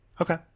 okay